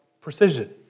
precision